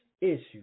issue